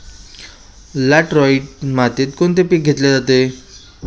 Laterite मातीत कोणते पीक घेतले जाते?